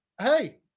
Hey